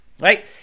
right